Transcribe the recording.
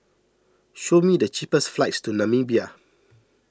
show me the cheapest flights to Namibia